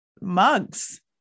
mugs